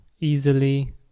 easily